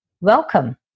Welcome